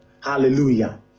Hallelujah